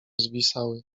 zwisały